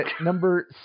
Number